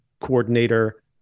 coordinator